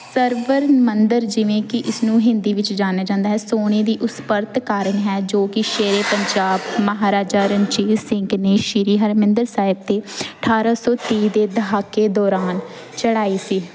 ਸਰਬਰ ਮੰਦਰ ਜਿਵੇਂ ਕਿ ਇਸਨੂੰ ਹਿੰਦੀ ਵਿੱਚ ਜਾਣਿਆ ਜਾਦਾ ਹੈ ਸੋਨੇ ਦੀ ਉਸ ਪਰਤ ਕਾਰਨ ਹੈ ਜੋ ਕਿ ਸ਼ੇਰੇ ਪੰਜਾਬ ਮਹਾਰਾਜਾ ਰਣਜੀਤ ਸਿੰਘ ਨੇ ਸ਼੍ਰੀ ਹਰਿਮੰਦਰ ਸਾਹਿਬ 'ਤੇ ਅਠਾਰ੍ਹਾਂ ਸੌ ਤੀਹ ਦੇ ਦਹਾਕੇ ਦੌਰਾਨ ਚੜ੍ਹਾਈ ਸੀ